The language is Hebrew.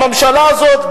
הממשלה הזאת,